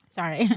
Sorry